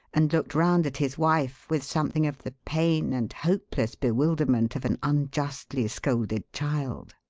and looked round at his wife with something of the pain and hopeless bewilderment of an unjustly scolded child.